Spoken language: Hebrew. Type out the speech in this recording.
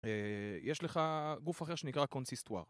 יש לך גוף אחר שנקרא קונסיסטואר